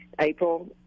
April